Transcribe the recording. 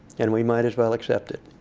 and we might as well accept it.